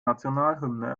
nationalhymne